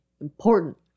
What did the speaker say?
important